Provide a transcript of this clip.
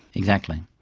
exactly.